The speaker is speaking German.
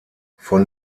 von